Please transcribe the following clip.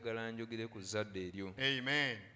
amen